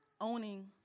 owning